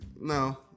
No